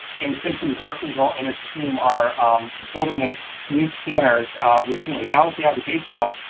in simson garfinkle and his team are building and new scanners routinely. now if you have the base done,